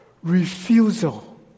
Refusal